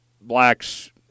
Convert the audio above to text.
blacks